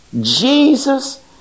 Jesus